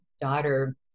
daughter